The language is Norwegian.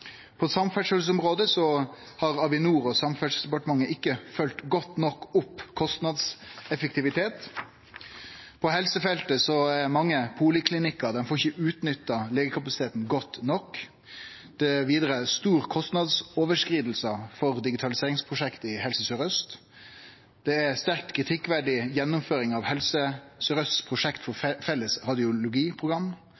På samferdselsområdet har Avinor og Samferdselsdepartementet ikkje følgt godt nok opp kostnadseffektivitet. På helsefeltet er det mange poliklinikkar som ikkje får utnytta legekapasiteten godt nok. Det er vidare store kostnadsoverskridingar for digitaliseringsprosjekt i Helse Sør-Aust. Gjennomføringa av Helse Sør-Aust sitt prosjekt for felles radiologiprogram er sterkt kritikkverdig,